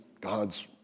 God's